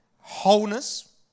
wholeness